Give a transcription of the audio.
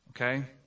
okay